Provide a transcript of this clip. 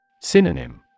Synonym